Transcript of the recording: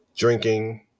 Drinking